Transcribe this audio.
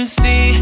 see